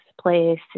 place